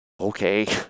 Okay